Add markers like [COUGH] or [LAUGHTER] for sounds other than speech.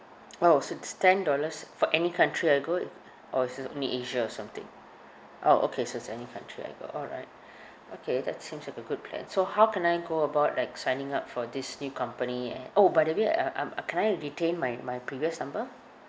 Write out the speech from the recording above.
oh so it's ten dollars for any country I go or is it only asia or something oh okay so it's any country I go alright [BREATH] okay that seems like a good plan so how can I go about like signing up for this new company and oh by the way I um I can I retain my my previous number